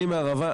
אני מהערבה,